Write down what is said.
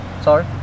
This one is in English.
sorry